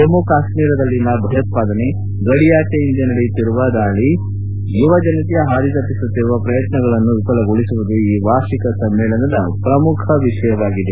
ಜಮ್ಮ ಕಾಶ್ಮೀರದಲ್ಲಿನ ಭಯೋತ್ಪಾದನೆ ಗಡಿಯಾಚೆಯಿಂದ ನಡೆಯುತ್ತಿರುವ ದಾಳಿ ಯುವಜನತೆಯ ಪಾದಿ ತಪ್ಪಿಸುತ್ತಿರುವ ಪ್ರಯತ್ನಗಳನ್ನು ವಿಫಲಗೊಳಿಸುವುದು ಈ ವಾರ್ಷಿಕ ಸಮ್ಮೇಳನದ ಪ್ರಮುಖ ವಿಷಯವಾಗಿದೆ